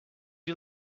you